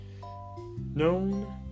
known